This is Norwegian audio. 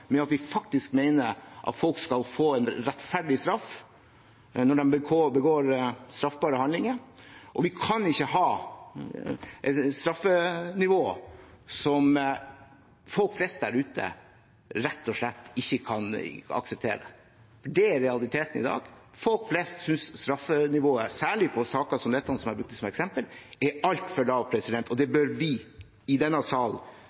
mener faktisk at folk skal få en rettferdig straff når de begår straffbare handlinger. Vi kan ikke ha et straffenivå som folk flest der ute rett og slett ikke kan akseptere. Det er realiteten i dag. Folk flest synes straffenivået – særlig i saker som den jeg brukte som eksempel – er altfor lavt, og det bør vi i denne